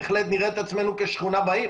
בהחלט נראה את עצמנו כשכונה בעיר